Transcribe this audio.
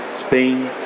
Spain